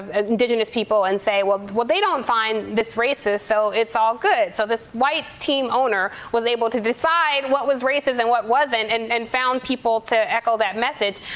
indigenous people, and say, well, they don't find this racist, so it's all good. so, this white team owner was able to decide what was racist and what wasn't and and found people to echo that message.